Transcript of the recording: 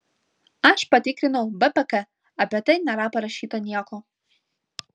aš patikrinau bpk apie tai nėra parašyta nieko